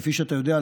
כפי שאתה יודע,